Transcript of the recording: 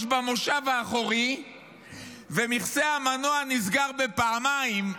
במושב האחורי ומכסה המנוע נסגר בפעמיים,